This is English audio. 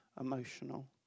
emotional